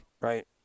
right